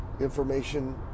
information